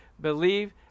believe